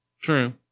True